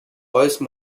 royce